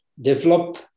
develop